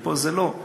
ופה לא.